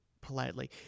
politely